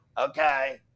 Okay